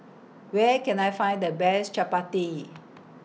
Where Can I Find The Best Chappati